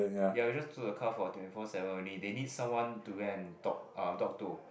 ya we just the car for twenty four seven only they need someone to go and talk uh talk to